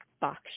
box